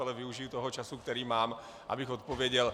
Ale využiji toho času, který mám, abych odpověděl.